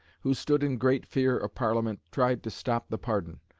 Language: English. who stood in great fear of parliament, tried to stop the pardon.